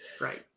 Right